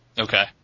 Okay